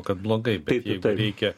kad blogai bet jeigu reikia